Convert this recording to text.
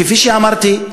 כפי שאמרתי,